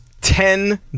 Ten